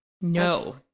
no